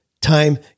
time